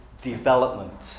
development